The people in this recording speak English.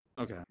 Okay